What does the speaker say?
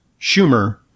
Schumer